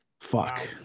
fuck